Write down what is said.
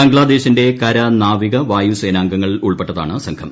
ബംഗ്ലാദേശിന്റെ കര നാവിക വായുപ സേനാംഗങ്ങൾ ഉൾപ്പെട്ടതാണ് സംഘം